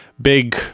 big